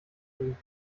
nehmen